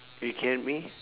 you can hear me